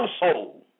household